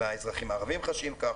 מהאזרחים הערבים חשים כך,